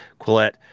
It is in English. Quillette